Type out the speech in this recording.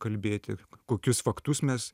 kalbėti kokius faktus mes